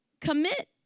commit